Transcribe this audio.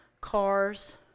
cars